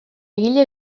egile